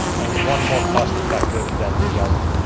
and is one more cost effective than the other.